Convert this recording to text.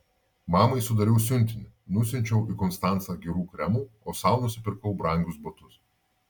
mamai sudariau siuntinį nusiunčiau į konstancą gerų kremų o sau nusipirkau brangius batus